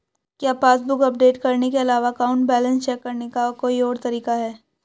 क्या passbook update करने के अलावा अकाउंट बैलेंस चेक करने का कोई और तरीका है?